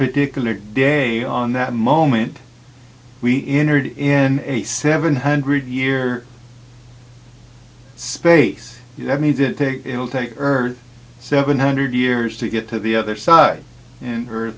particular day on that moment we entered in a seven hundred year space that means that they will take earth seven hundred years to get to the other side and